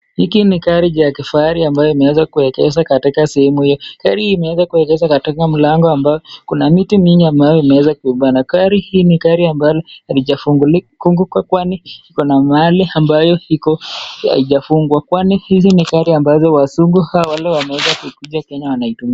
Gari ya kifahari ambayo imeweza kuegezwa katika sehumu hii katika mlango ambao kuna miti mingi ambayo imeweza kuibana. Ni gari ambalo halijafunguka kwani kuna mahali ambayo iko haijafungwa. Ni gari ambazo wazungu au wale wanaweza kuja Kenya wanatumia.